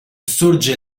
sorge